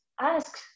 ask